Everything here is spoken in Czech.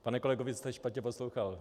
Pane kolego, vy jste špatně poslouchal.